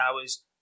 hours